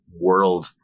world